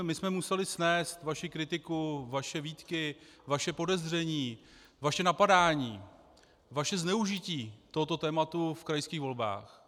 My jsme museli snést vaši kritiku, vaše výtky, vaše podezření, vaše napadání, vaše zneužití tohoto tématu v krajských volbách.